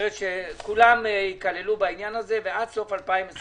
--- זאת אומרת שכולם יכללו בעניין הזה ועד סוף 2023